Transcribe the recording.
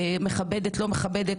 מכבדת לא מכבדת